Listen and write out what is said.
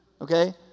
Okay